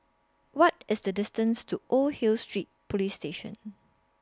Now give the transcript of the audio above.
What IS The distance to Old Hill Street Police Station